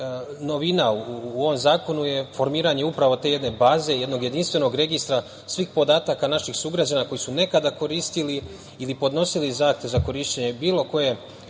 novina u ovom zakonu je formiranje, upravo te jedne baze, tog jedinstvenog registra svih podataka naših sugrađana koji su nekada koristili ili podnosili zahtev za korišćenje bilo koje